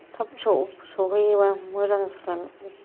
थाब सहैयोबा मोजां जागोन